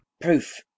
proof